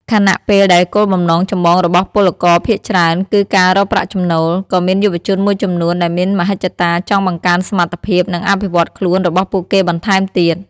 ខណៈពេលដែលគោលបំណងចម្បងរបស់ពលករភាគច្រើនគឺការរកប្រាក់ចំណូល ក៏មានយុវជនមួយចំនួនដែលមានមហិច្ឆតាចង់បង្កើនសមត្ថភាព និងអភិវឌ្ឍខ្លួនរបស់ពួកគេបន្ថែមទៀត។